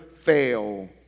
fail